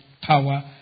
power